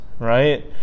Right